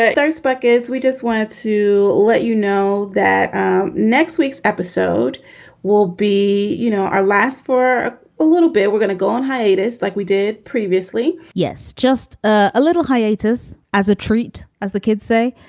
those fuckers we just wanted to let you know that next week's episode will be you know our last for a little bit. we're gonna go on hiatus like we did previously yes, just ah a little hiatus as a treat, as the kids say.